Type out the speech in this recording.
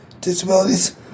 disabilities